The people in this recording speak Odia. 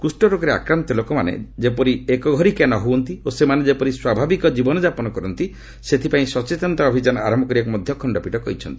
କୁଷ୍ଣରୋଗରେ ଆକ୍ରାନ୍ତ ଲୋକମାନେ ଯେପରି ଏକଘରିଆ ନ ହୁଅନ୍ତି ଓ ସେମାନେ ଯେପରି ସ୍ୱାଭାବିକ ଜୀବନ ଯାପନ କରନ୍ତି ସେଥିପାଇଁ ସଚେତନତା ଅଭିଯାନ ଆରମ୍ଭ କରିବାକୁ ମଧ୍ୟ ଖଣ୍ଡପୀଠ କହିଛନ୍ତି